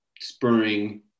spurring